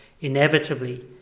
inevitably